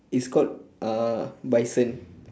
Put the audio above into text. it's called uh bison